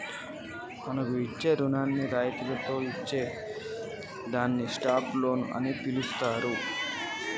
మనకు ఇచ్చే రుణాన్ని రాయితితో ఇత్తే దాన్ని స్టాప్ లోన్ అని పిలుత్తారు